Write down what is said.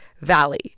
valley